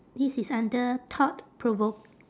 this is under thought-provok~